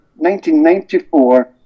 1994